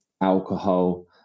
alcohol